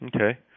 Okay